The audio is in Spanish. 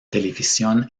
televisión